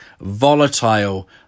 volatile